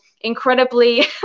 incredibly